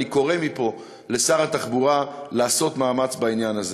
אני קורא מפה לשר התחבורה לעשות מאמץ בעניין הזה.